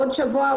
בעוד שבוע,